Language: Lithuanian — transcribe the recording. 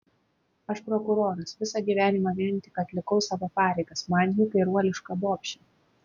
aš prokuroras visą gyvenimą vien tik atlikau savo pareigas man ji kairuoliška bobšė